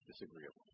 disagreeable